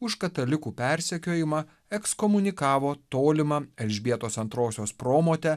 už katalikų persekiojimą ekskomunikavo tolimą elžbietos antrosios promotę